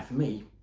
me,